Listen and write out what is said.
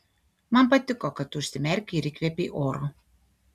man patiko kad tu užsimerkei ir įkvėpei oro